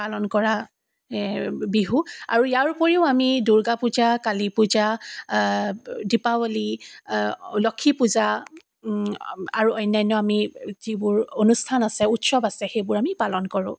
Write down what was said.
পালন কৰা বিহু আৰু ইয়াৰ ওপৰিও আমি দুৰ্গা পূজা কালি পূজা দীপাৱলী লক্ষ্মী পূজা আৰু অন্যান্য আমি যিবোৰ অনুষ্ঠান আছে উৎসৱ আছে সেইবোৰ আমি পালন কৰোঁ